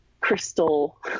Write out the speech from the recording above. crystal